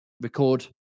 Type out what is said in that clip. record